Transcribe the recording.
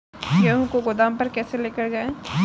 गेहूँ को गोदाम पर कैसे लेकर जाएँ?